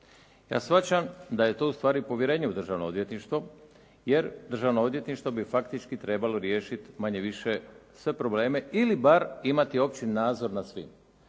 Ja shvaćam da je to ustvari povjerenje u Državno odvjetništvo, jer Državno odvjetništvo bi faktički trebalo riješiti manje-više sve probleme ili bar imati opći nadzor za svim.